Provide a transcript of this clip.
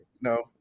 no